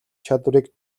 чадварыг